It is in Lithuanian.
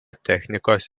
technikos